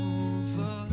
over